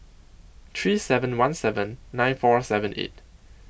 three seven one seven nine four seven eight